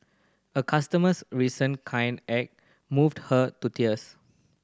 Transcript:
a customer's recent kind act moved her to tears